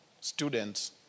students